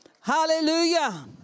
Hallelujah